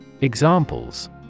Examples